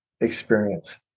experience